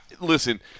listen